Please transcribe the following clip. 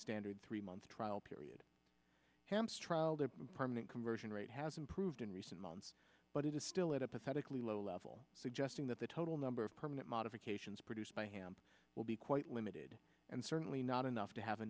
standard three month trial period hence trial the permanent conversion rate has improved in recent months but it is still at a pathetically low level suggesting that the total number of permanent modifications produced by hamp will be quite limited and certainly not enough to have a